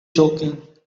joking